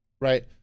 right